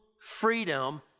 freedom